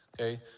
Okay